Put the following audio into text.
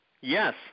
Yes